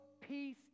peace